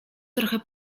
trochę